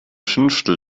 fünftel